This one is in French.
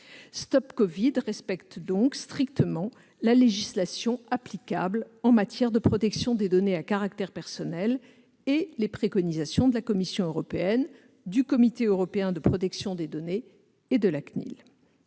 StopCovid respecte donc strictement la législation applicable en matière de protection des données à caractère personnel, ainsi que les préconisations de la Commission européenne, du Comité européen de la protection des données et de la CNIL,